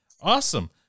awesome